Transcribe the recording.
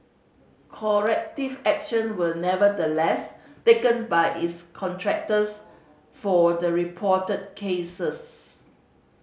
corrective action were nevertheless taken by its contractors for the reported cases